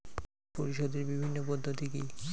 ঋণ পরিশোধের বিভিন্ন পদ্ধতি কি কি?